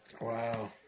Wow